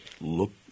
look